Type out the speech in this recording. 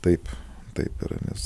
taip taip ir mes